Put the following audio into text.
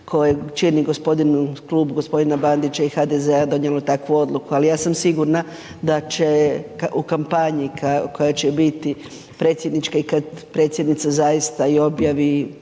koje čine Klub g. Bandića i HDZ-a donijelo takvu odluku, ali ja sam sigurna da će u kampanji koja će biti predsjednička i kad predsjednica zaista i objavi